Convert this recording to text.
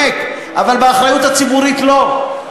שכתוב בו שבנושא תקשורת אתם לא עוסקים.